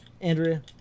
andrea